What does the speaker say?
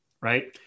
right